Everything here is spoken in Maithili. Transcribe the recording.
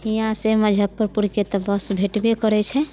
हियाँसँ मुजफ्फरपुरके तऽ बस भेटबे करैत छै